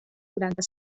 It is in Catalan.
quaranta